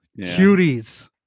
Cuties